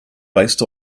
based